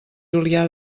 julià